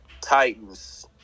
Titans